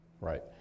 Right